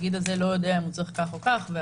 התאגיד לא יודע אם הוא צריך כך או כך.